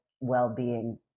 well-being